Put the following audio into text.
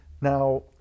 now